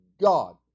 God